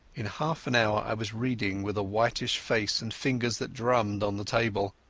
in half an hour i was reading with a whitish face and fingers that drummed on the table.